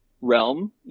realm